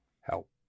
Help